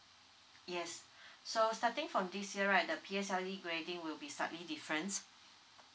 yes so starting from this year right the P_S_L_E grading will be slightly difference